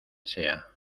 sea